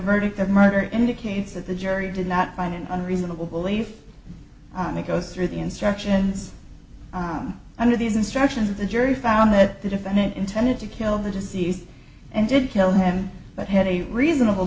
verdict of murder indicates that the jury did not find it on reasonable belief they go through the instructions under these instructions of the jury found that the defendant intended to kill the disease and didn't kill him but had a reasonable